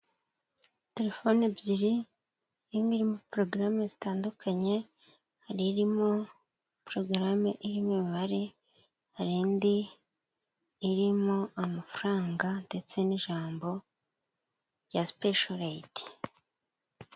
Telefone ebyiri imwe irimo porogaramu zitandukanye, hari irimo porogaramu irimo imibare, hari indi irimo amafaranga ndetse n'ijambo rya supeshorayiti.